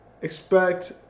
expect